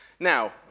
Now